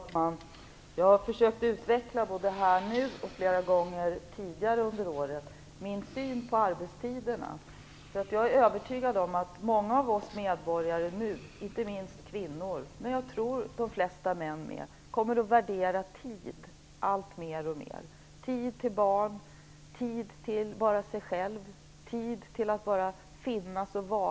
Herr talman! Jag försökte utveckla min syn på arbetstiderna här nu, och jag har gjort det flera gånger tidigare under året. Jag är övertygad om att många av oss medborgare, inte minst kvinnor och även de flesta män, kommer att värdera tid alltmer, tid till barn, tid till sig själv, tid till att bara finnas och leva.